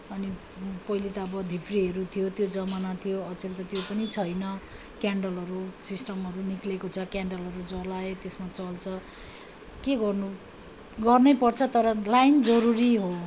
अनि पहिले त अब धिप्रीहरू थियो त्यो जमाना थियो अचेल त त्यो पनि छैन क्यान्डलहरू सिस्टमहरू निस्केको छ क्यान्डलहरू जलायो त्यसमा चल्छ के गर्नु गर्नै पर्छ तर लाइन जरुरी हो